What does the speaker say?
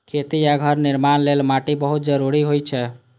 खेती आ घर निर्माण लेल माटि बहुत जरूरी होइ छै